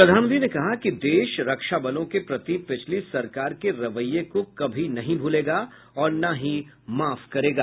प्रधानमंत्री ने कहा कि देश रक्षा बलों के प्रति पिछली सरकार के रवैये को कभी नहीं भूलेगा और न ही माफ करेगा